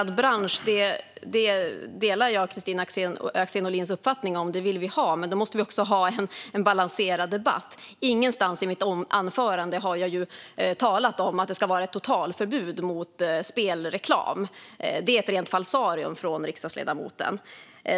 Herr talman! Jag delar Kristina Axén Olins uppfattning om en nyanserad och reglerad bransch. Det vill vi ha, men då måste vi också ha en balanserad debatt. Ingenstans i mitt anförande talade jag om att det ska vara ett totalförbud mot spelreklam; det är ett rent falsarium från riksdagsledamoten.